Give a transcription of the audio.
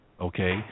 okay